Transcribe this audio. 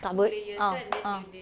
tak be~ ah ah